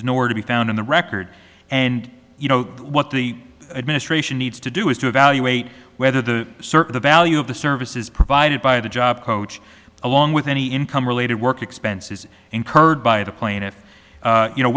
nowhere to be found in the record and you know what the administration needs to do is to evaluate whether the search for the value of the services provided by the job coach along with any income related work expenses incurred by the plaintiff you know